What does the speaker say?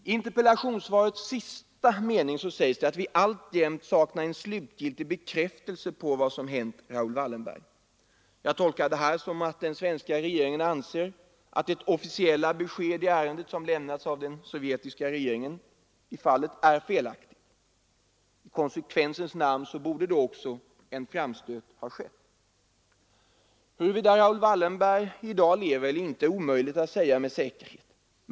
I interpellationssvarets sista mening sägs att vi alltjämt ”saknar en slutgiltig bekräftelse på vad som hänt Raoul Wallenberg”. Jag tolkar detta så att den svenska regeringen anser att det officiella besked som lämnats av den sovjetiska regeringen i fallet är felaktigt. I konsekvensens namn borde då också en framstöt ha gjorts. Huruvida Raoul Wallenberg i dag lever eller inte är omöjligt att säga med säkerhet.